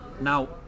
Now